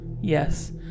Yes